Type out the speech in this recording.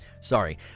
Sorry